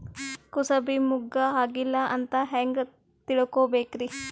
ಕೂಸಬಿ ಮುಗ್ಗ ಆಗಿಲ್ಲಾ ಅಂತ ಹೆಂಗ್ ತಿಳಕೋಬೇಕ್ರಿ?